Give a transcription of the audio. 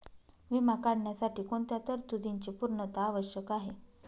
विमा काढण्यासाठी कोणत्या तरतूदींची पूर्णता आवश्यक आहे?